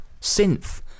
synth